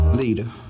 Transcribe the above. leader